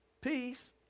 peace